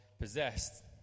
possessed